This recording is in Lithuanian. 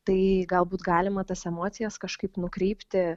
tai galbūt galima tas emocijas kažkaip nukreipti